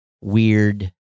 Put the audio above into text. weird